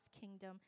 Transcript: kingdom